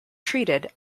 treated